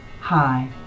Hi